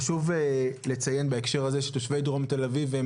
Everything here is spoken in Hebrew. חשוב לציין בהקשר הזה שתושבי דרום תל אביב הם